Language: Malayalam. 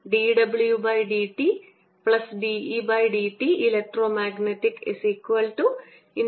dWdtddtEഇലക്ട്രോ മാഗ്നറ്റിക്10EB